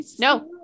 No